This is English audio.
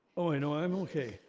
oh i know i'm okay.